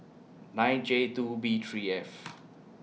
nine J two B three F